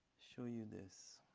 so you this.